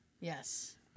Yes